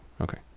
Okay